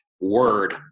word